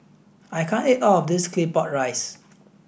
I can't eat all of this Claypot Rice